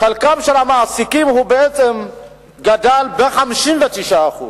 חלקם של המעסיקים גדל ב-59%.